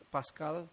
Pascal